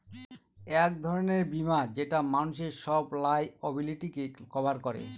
এক ধরনের বীমা যেটা মানুষের সব লায়াবিলিটিকে কভার করে